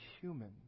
human